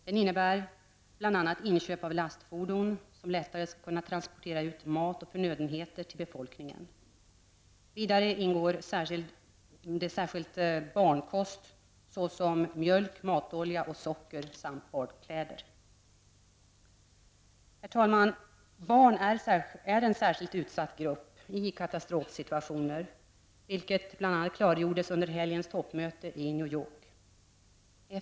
Det innebär bl.a. inköp av lastfordon som lättare skall kunna transportera ut mat och förnödenheter till befolkningen. Vidare ingår det särskild barnkost såsom mjölk, matolja och socker samt barnkläder. Herr talman! Barn är en särskilt utsatt grupp i katastrofsituationer, vilket bl.a. klargjordes under helgens toppmöte i New York.